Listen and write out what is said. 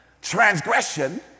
transgression